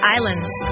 Islands